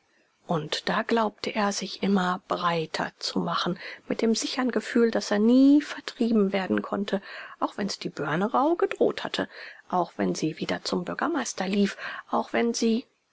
und da glaubte er sich immer breiter zu machen mit dem sicheren gefühl daß er nie vertrieben werden konnte auch wenns die börnerau gedroht hatte auch wenn sie wieder zum bürgermeister lief auch wenn sie